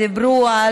דיברו על